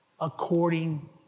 according